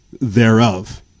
thereof